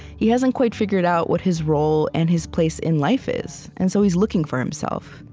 he hasn't quite figured out what his role and his place in life is and so he's looking for himself.